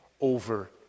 over